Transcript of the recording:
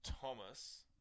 Thomas